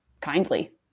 kindly